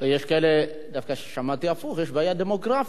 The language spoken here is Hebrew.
יש כאלה דווקא ששמעתי אומרים הפוך: יש בעיה דמוגרפית,